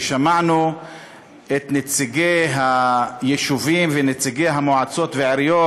ושמענו את נציגי היישובים ונציגי המועצות והעיריות,